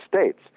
states